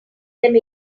them